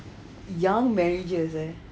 young marriages eh